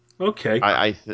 Okay